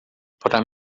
para